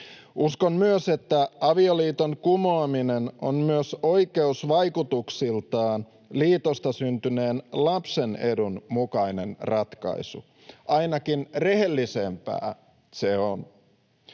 Uskon myös, että avioliiton kumoaminen on myös oikeusvaikutuksiltaan liitosta syntyneen lapsen edun mukainen ratkaisu, ainakin rehellisempää se on.